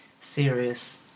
serious